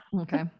okay